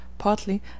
partly